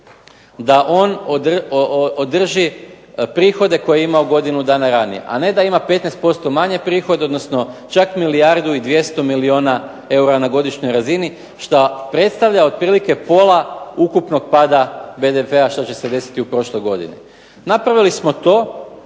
Da on održi prihode koje je imao godinu dana ranije, a ne da ima 15% manje prihode, odnosno čak milijardu i 200 milijuna eura na godišnjoj razini. Što predstavlja otprilike pola ukupnog pada BDP-a što će se desiti u prošloj godini. Napravili smo to